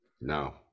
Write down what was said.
No